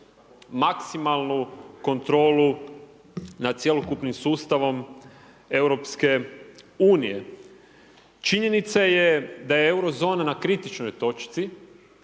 maksimalnu kontrolu nad cjelokupnim sustavom Europske unije. Činjenica je da je euro zona na kritičnoj točci